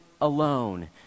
alone